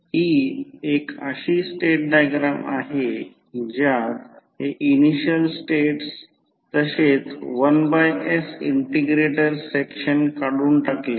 हि एक अशी स्टेट डायग्राम आहे ज्यात हे इनिशियल स्टेट्स तसेच 1s इंटिग्रेटर सेक्शन काढून टाकलेले आहे